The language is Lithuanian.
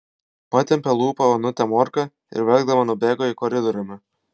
patempė lūpą onutė morka ir verkdama nubėgo į koridoriumi